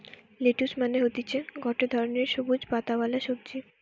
lettuce মানে হতিছে গটে ধরণের সবুজ পাতাওয়ালা সবজি